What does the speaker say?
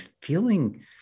feeling